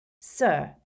Sir